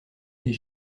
des